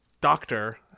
doctor